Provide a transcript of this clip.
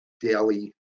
daily